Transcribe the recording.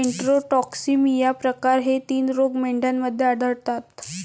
enterotoxaemia प्रकार हे तीन रोग मेंढ्यांमध्ये आढळतात